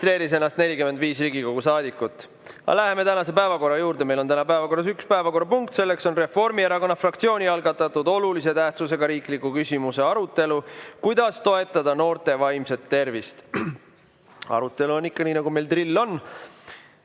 Arutelu on ikka nii, nagu meil drill on,